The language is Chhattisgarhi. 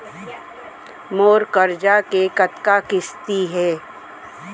मोर करजा के कतका किस्ती हे?